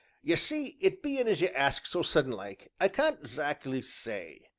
ye see it bein' as you ask so sudden-like, i can't zack'ly say,